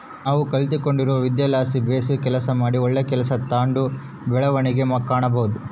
ನಾವು ಕಲಿತ್ಗಂಡಿರೊ ವಿದ್ಯೆಲಾಸಿ ಬೇಸು ಕೆಲಸ ಮಾಡಿ ಒಳ್ಳೆ ಕೆಲ್ಸ ತಾಂಡು ಬೆಳವಣಿಗೆ ಕಾಣಬೋದು